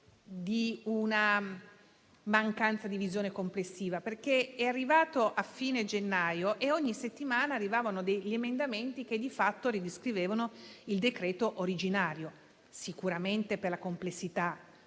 la mancanza di visione complessiva: è arrivato a fine gennaio e ogni settimana venivano presentati degli emendamenti che, di fatto, riscrivevano il decreto originario. Questo sicuramente per la complessità